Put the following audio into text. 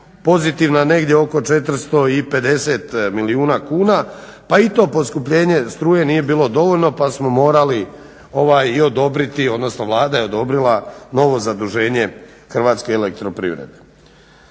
pozitivna negdje oko 450 milijuna kuna, pa i to poskupljenje struje nije bilo dovoljno pa smo morali odobriti odnosno Vlada je odobrila novo zaduženje Hrvatske elektroprivrede.